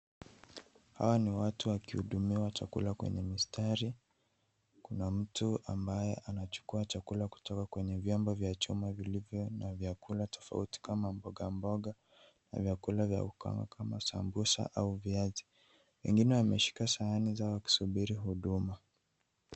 Hawa ni watu wakihudumiwa chakula kwenye mistari. Kuna mtu ambaye anachukua chakula kutoka kwenye vyombo vya chuma vilivyo na vyakula tofauti, kama mboga mboga, na vyakula vya ukawa, kama sambusa au viazi. Wengine wameshika sahani zao wakisubiri huduma.